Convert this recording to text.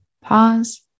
pause